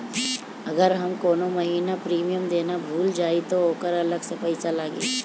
अगर हम कौने महीने प्रीमियम देना भूल जाई त ओकर अलग से पईसा लागी?